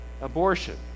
abortion